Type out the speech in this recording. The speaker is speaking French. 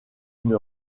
une